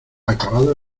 acabado